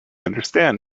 understand